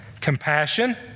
Compassion